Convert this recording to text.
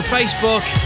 Facebook